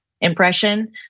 impression